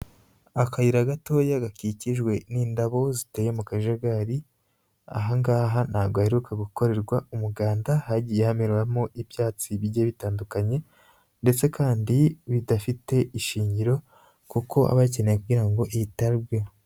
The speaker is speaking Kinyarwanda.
Akayira gatoya gakikijwe n'indabo ziteye mu kajagari, aha ngaha ntabwo haheruka gukorerwa umuganda, hagiye hameramo ibyatsi bigiye bitandukanye ndetse kandi bidafite ishingiro kuko haba hakeneye kugira ngo hitabweho.